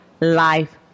life